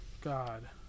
God